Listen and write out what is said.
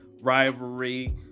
rivalry